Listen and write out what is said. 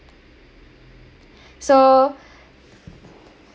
so